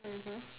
mmhmm